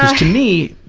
to me,